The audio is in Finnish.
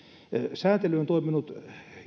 sääntely on toiminut